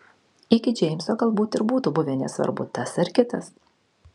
iki džeimso galbūt ir būtų buvę nesvarbu tas ar kitas